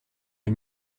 les